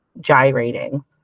gyrating